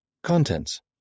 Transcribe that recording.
Contents